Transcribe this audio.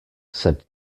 said